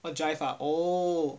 drive ah oo